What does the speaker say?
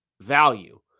value